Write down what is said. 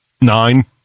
nine